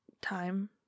time